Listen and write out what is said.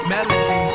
Melody